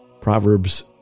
Proverbs